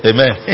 Amen